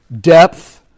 depth